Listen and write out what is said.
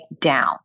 down